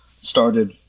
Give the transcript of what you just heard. started